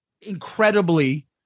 incredibly